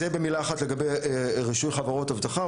אז זה במילה אחת לגבי רישוי חברות אבטחה.